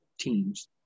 teams